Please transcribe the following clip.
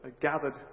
gathered